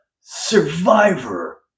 survivor